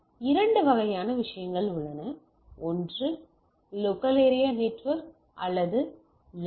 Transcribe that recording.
எனவே இரண்டு வகையான விஷயங்கள் உள்ளன ஒன்று லோக்கல் ஏரியா நெட்வொர்க் அல்லது லேன்